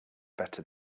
better